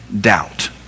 doubt